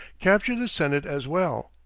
captured the senate as well.